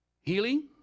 Healing